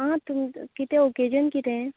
आं तुम कितें ओकेजन किदें